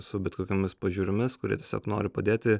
su bet kokiomis pažiūromis kurie tiesiog nori padėti